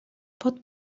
pot